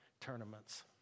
tournaments